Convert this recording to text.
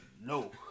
no